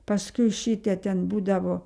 paskui šitie ten būdavo